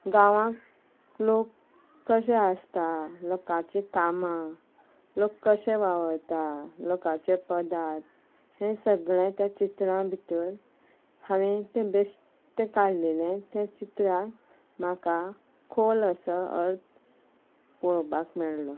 गांवाक लोक कशें आसतात लोकांची कामां लोक कशें वावरता लोकांचे पदार्थ हें सगळें त्या चित्रां भितर हावें तें बेश्टें काडलेलें त्या चित्रांत म्हाका खोल असो अर्थ पळोवपाक मेळ्ळो